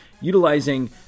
utilizing